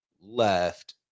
left